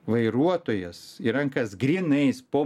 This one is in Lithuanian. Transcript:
vairuotojas į rankas grynais po